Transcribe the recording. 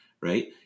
right